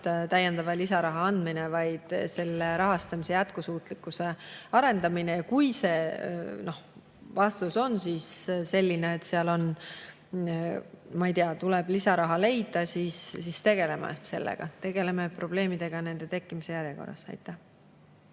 ainult lisaraha andmine, vaid on ka rahastamise jätkusuutlikkuse arendamine. Kui see vastus on selline, et sinna tuleb lisaraha leida, siis tegeleme sellega. Tegeleme probleemidega nende tekkimise järjekorras. Aitäh!